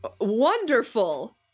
Wonderful